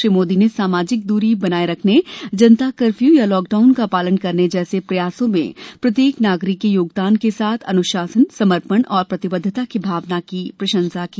श्री मोदी ने सामाजिक दूरी बनाये रखने जनता कर्फ्यू या लॉकडाउन का पालन करने जैसे प्रयासों में प्रत्येक नागरिक के योगदान के साथ अनुशासन समर्पण और प्रतिबद्धता की भावना की प्रशंसा की